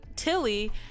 Tilly